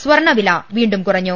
സ്വർണ്വില വീണ്ടും കുറഞ്ഞു